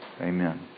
amen